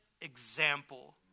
example